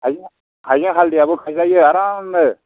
हाइजें हालदैआबो गायजायो आरामनो